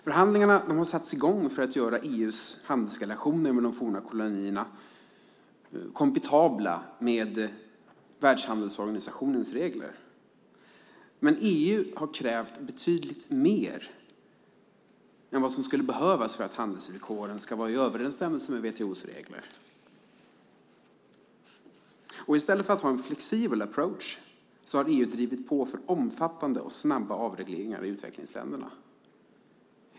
Förhandlingarna har satts i gång för att göra EU:s handelsrelationer med de forna kolonierna kompatibla med Världshandelsorganisationens regler. Men EU har krävt betydligt mer än vad som skulle behövas för att handelsvillkoren ska vara i överensstämmelse med WTO:s regler. I stället för att ha en flexibel approach har EU drivit på för omfattande och snabba avregleringar i utvecklingsländerna.